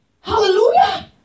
Hallelujah